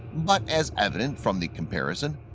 but as evident from the comparison,